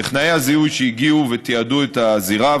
טכנאי הזיהוי הגיעו ותיעדו את הזירה,